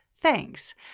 Thanks